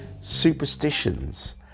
superstitions